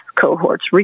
cohorts